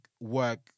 work